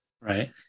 Right